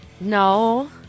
No